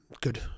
good